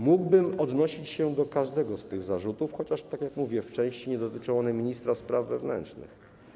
Mógłbym odnosić się do każdego z tych zarzutów, chociaż, tak jak mówię, w części nie dotyczą one ministra spraw wewnętrznych.